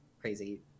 crazy